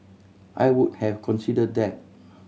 I would have considered that